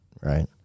right